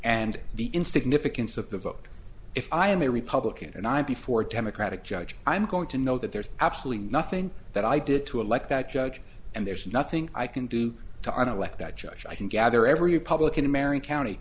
and the in significance of the vote if i am a republican and i before democratic judge i'm going to know that there's absolutely nothing that i did to elect that judge and there's nothing i can do to i don't like that judge i can gather every republican in marin county